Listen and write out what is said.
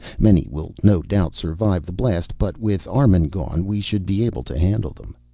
many will no doubt survive the blast, but with armun gone we should be able to handle them.